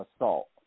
assault